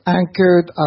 anchored